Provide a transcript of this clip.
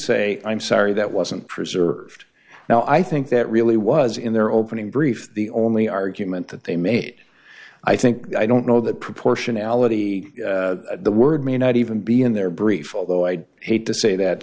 say i'm sorry that wasn't preserved now i think that really was in their opening brief the only argument that they made i think i don't know that proportionality the word may not even be in their brief although i'd hate to say that